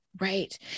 Right